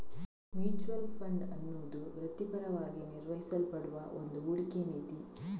mutual fund ಅನ್ನುದು ವೃತ್ತಿಪರವಾಗಿ ನಿರ್ವಹಿಸಲ್ಪಡುವ ಒಂದು ಹೂಡಿಕೆ ನಿಧಿ